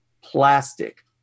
plastic